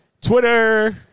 Twitter